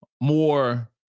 more